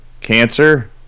cancer